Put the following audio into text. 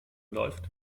läuft